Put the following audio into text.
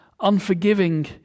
unforgiving